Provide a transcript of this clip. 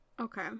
Okay